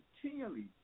continually